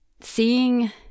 Seeing